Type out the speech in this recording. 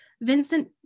Vincent